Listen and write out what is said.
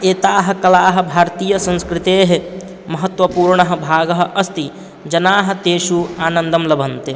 एताः कलाः भारतीयसंस्कृतेः महत्वपूर्णः भागः अस्ति जनाः तेषु आनन्दं लभन्ते